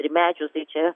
trimečius tai čia